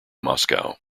moscow